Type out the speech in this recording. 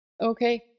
Okay